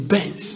Benz